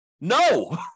No